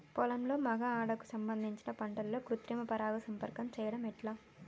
పొలంలో మగ ఆడ కు సంబంధించిన పంటలలో కృత్రిమ పరంగా సంపర్కం చెయ్యడం ఎట్ల?